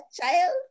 child